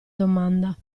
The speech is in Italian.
domanda